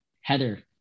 Heather